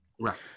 Right